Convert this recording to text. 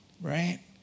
right